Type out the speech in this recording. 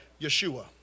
Yeshua